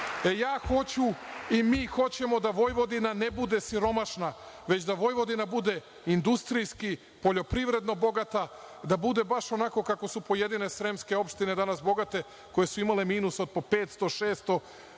Ja hoću i mi hoćemo da Vojvodina ne bude siromašna, već da Vojvodina bude industrijski poljoprivredno bogata, da bude baš onako kako su pojedine sremske opštine danas bogate, koje su imale minus od po 500, 600